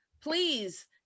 please